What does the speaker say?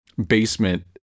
Basement